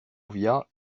via